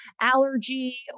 allergy